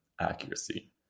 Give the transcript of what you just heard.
accuracy